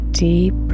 deep